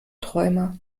träumer